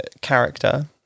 character